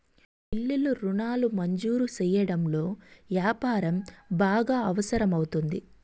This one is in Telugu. బిల్లులు రుణాలు మంజూరు సెయ్యడంలో యాపారం బాగా అవసరం అవుతుంది